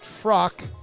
truck